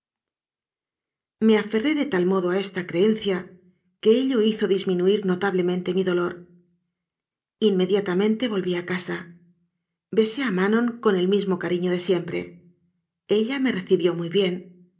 me aferré de tal modo a esta creencia que ello hizo disminuir notablemente mi dolor nmediata anon mente volví a casa besé a manon con el misinocariño de siempre ella me recibió muy bien